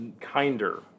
kinder